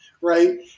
right